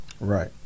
Right